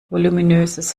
voluminöses